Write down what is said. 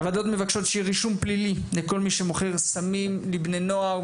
הוועדות מבקשות שיהיה רישום פלילי לכל מי שמוכר סמים לבני נוער,